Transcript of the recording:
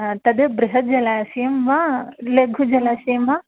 तत् बृहज्जलाशयं वा लघुजलाशयं वा